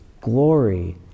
glory